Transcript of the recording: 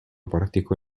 portico